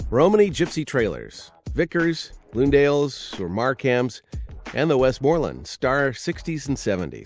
romani gypsy trailers. vickers, bloomdales, or markhams and the westmorland star sixty s and seventy s.